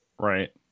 Right